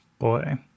Boy